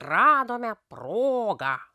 radome progą